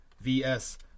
V-S